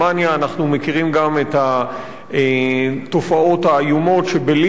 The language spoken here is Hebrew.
אנחנו מכירים גם את התופעות האיומות שבליטא: